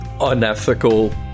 unethical